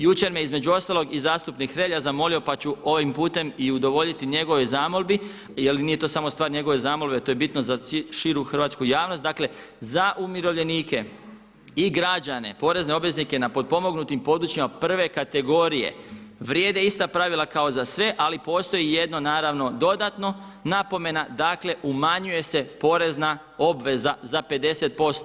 Jučer me između ostalog i zastupnik Hrelja zamolio pa ću ovim putem i udovoljiti njegovoj zamolbi, jer nije to samo stvar njegove zamolbe, to je bitno za širu hrvatsku javnost, dakle, za umirovljenike i građane, porezne obveznike na potpomognutim područjima prve kategorije vrijede ista pravila kao za sve ali postoji jedno naravno dodatno, napomena, dakle umanjuje se porezna obveza za 50%